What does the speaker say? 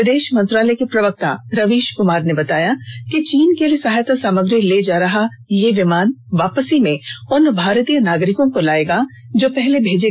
विदेश मंत्रालय के प्रवक्ता रवीश कुमार ने बताया कि चीन के लिए सहायता सामग्री ले जा रहा ये विमान वापसी में उन भारतीय नागरिकों को लाएगा जो पहले भेजे दो विमानों से नहीं आ पाए थे